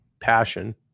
passion